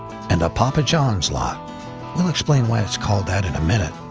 and the papa john's lot we'll explain why it's called that in a minute.